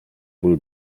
bół